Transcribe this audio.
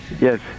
Yes